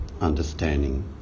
understanding